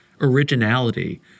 originality